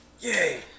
Yay